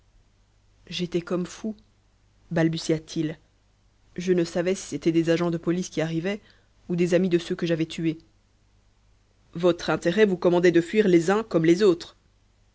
j'étais comme fou balbutia-t-il je ne savais si c'étaient des agents de police qui arrivaient ou des amis de ceux que j'avais tués votre intérêt vous commandait de fuir les uns comme les autres